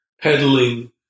peddling